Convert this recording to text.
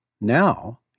now